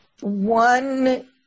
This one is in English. One